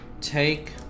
take